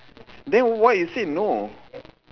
then why you said no